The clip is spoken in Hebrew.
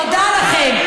תודה לכם,